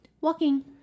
Walking